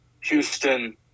Houston